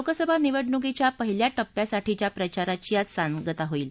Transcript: लोकसभा निवडणुकीच्या पहिल्या टप्प्यासाठीच्या प्रचाराची आज सांगता होईल